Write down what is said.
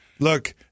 Look